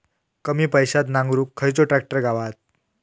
कमी पैशात नांगरुक खयचो ट्रॅक्टर गावात?